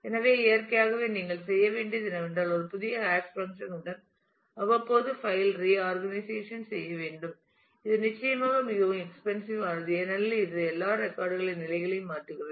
எனவே இயற்கையாகவே நீங்கள் செய்ய வேண்டியது என்னவென்றால் ஒரு புதிய ஹாஷ் பங்க்ஷன் உடன் அவ்வப்போது பைல் ஐ ரிஆர்கனைஸ் செய்ய வேண்டும் இது நிச்சயமாக மிகவும் எக்ஸ்பென்சிவ் ஆனது ஏனெனில் இது எல்லா ரெக்கார்ட் களின் நிலைகளையும் மாற்றுகிறது